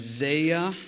Isaiah